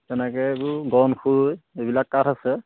তেনেকৈ এইবোৰ গন্ধসুই এইবিলাক কাঠ আছে